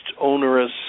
onerous